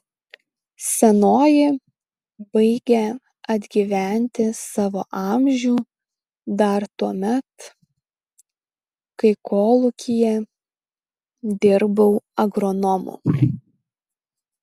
senoji baigė atgyventi savo amžių dar tuomet kai kolūkyje dirbau agronomu